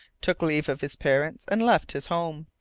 took leave of his parents and left his home.